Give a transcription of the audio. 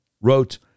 wrote